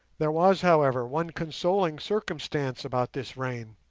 there was, however, one consoling circumstance about this rain